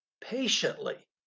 patiently